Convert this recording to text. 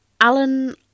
Alan